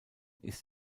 ist